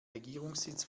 regierungssitz